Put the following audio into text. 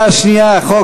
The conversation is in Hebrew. חברים וחברות,